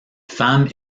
femmes